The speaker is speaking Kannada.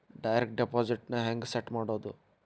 ಡೈರೆಕ್ಟ್ ಡೆಪಾಸಿಟ್ ನ ಹೆಂಗ್ ಸೆಟ್ ಮಾಡೊದು?